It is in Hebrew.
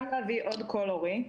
גם להביא עוד קול הורי.